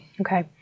Okay